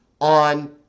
on